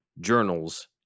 journals